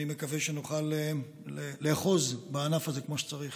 אני מקווה שנוכל לאחוז בענף הזה כמו שצריך.